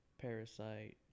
Parasite